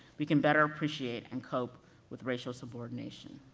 we can better appreciate and cope with racial subordination.